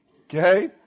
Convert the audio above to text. Okay